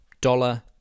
dollar